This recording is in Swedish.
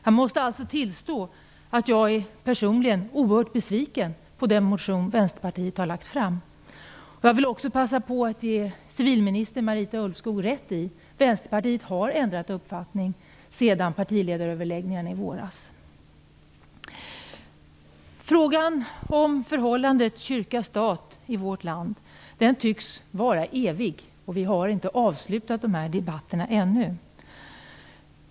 Jag måste tillstå att jag personligen är oerhört besviken på den motion som Vänsterpartiet har väckt. Jag vill också passa på att ge civilminister Marita Ulvskog rätt i att Vänsterpartiet har ändrat uppfattning sedan partiledaröverläggningarna i våras. Frågan om förhållandet kyrka-stat i vårt land tycks vara evig, och vi har ännu inte avslutat debatten.